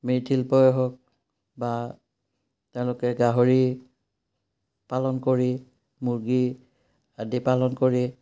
মৃৎশিল্পই হওক বা তেওঁলোকে গাহৰি পালন কৰি মুৰ্গী আদি পালন কৰি